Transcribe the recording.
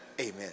Amen